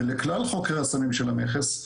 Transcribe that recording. ולכלל חוקרי הסמים של המכס,